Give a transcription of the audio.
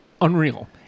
Unreal